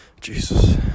Jesus